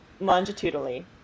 longitudinally